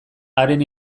haren